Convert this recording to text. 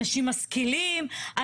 אנשים משכילים,